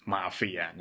Mafia